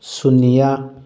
ꯁꯨꯟꯅꯤꯌꯥ